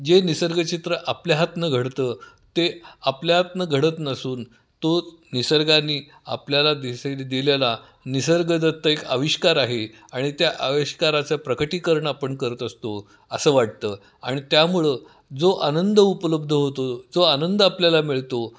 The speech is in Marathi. जे निसर्गचित्र आपल्या हातून घडतं ते आपल्यातून घडत नसून तो निसर्गाने आपल्याला दिसे दिलेला निसर्गदत्त एक आविष्कार आहे आणि त्या आविष्काराचं प्रकटीकरण आपण करत असतो असं वाटतं आणि त्यामुळं जो आनंद उपलब्ध होतो जो आनंद आपल्याला मिळतो